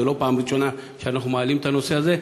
זו לא הפעם הראשונה שאנחנו מעלים את הנושא הזה,